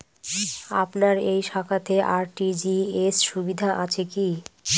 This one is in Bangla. আপনার এই শাখাতে আর.টি.জি.এস সুবিধা আছে কি?